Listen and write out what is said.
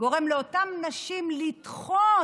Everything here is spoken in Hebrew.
גורם לאותן נשים לדחות